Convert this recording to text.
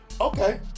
okay